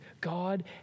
God